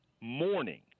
morning